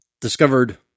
discovered